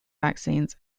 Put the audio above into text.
vaccines